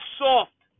soft